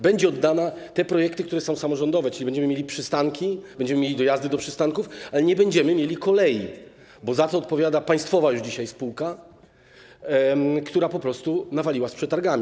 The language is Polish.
Będą oddane te projekty, które są samorządowe, czyli będziemy mieli przystanki, będziemy mieli dojazdy do przystanków, ale nie będziemy mieli kolei, bo za to odpowiada państwowa już dzisiaj spółka, która po prostu nawaliła z przetargami.